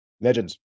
legends